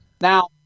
Now